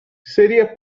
seria